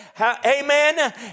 Amen